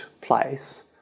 place